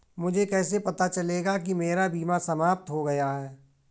मुझे कैसे पता चलेगा कि मेरा बीमा समाप्त हो गया है?